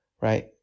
right